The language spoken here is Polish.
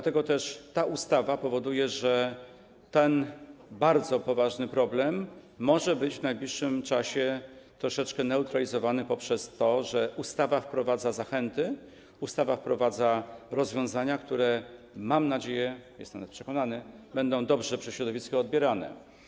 Ta ustawa powoduje, że ten bardzo poważny problem może być w najbliższym czasie troszeczkę neutralizowany poprzez to, że wprowadza ona zachęty, wprowadza rozwiązania, które - mam nadzieję, jestem nawet przekonany - będą dobrze przez środowisko odbierane.